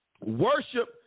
worship